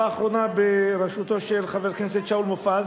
האחרונה בראשותו של חבר הכנסת שאול מופז,